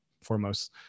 foremost